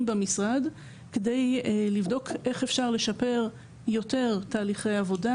במשרד כדי לבדוק איך אפשר לשפר יותר תהליכי עבודה